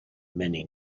many